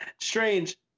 Strange